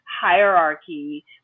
hierarchy